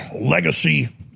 legacy